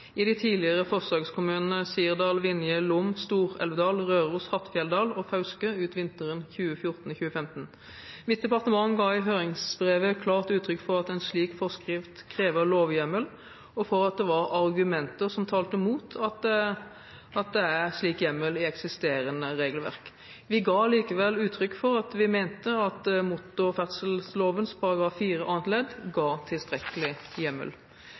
i de tidligere forsøkskommunene Sirdal, Vinje, Lom, Stor-Elvdal, Røros, Hattfjelldal og Fauske ut vinteren 2014/2015. Mitt departement ga i høringsbrevet klart uttrykk for at en slik forskrift krever lovhjemmel, og for at det var argumenter som talte mot at det er en slik hjemmel i eksisterende regelverk. Vi ga likevel uttrykk for at vi mente motorferdselloven § 4 annet ledd ga tilstrekkelig hjemmel.